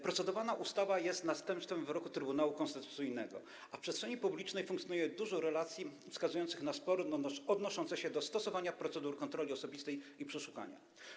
Procedowana ustawa jest następstwem wyroku Trybunału Konstytucyjnego, a w przestrzeni publicznej funkcjonuje dużo relacji wskazujących na spory odnoszące się do stosowania procedur kontroli osobistej i przeszukania.